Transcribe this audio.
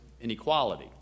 inequality